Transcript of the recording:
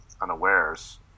unawares